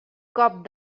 cop